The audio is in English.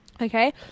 Okay